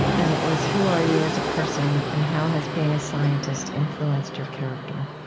and it was, who are you as a person, and how has being a scientist influenced your character?